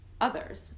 others